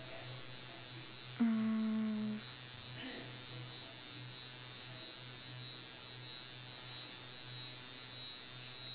mm